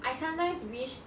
I sometimes wish